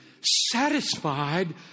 satisfied